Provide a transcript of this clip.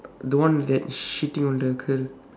the one that shitting on the girl